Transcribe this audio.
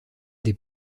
des